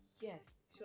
Yes